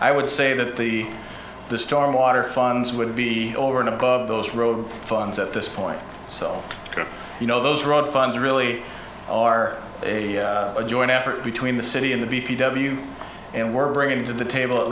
i would say that the the stormwater funds would be over and above those road funds at this point so you know those road funds really are a joint effort between the city and the b p w and we're bringing to the table at